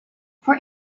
for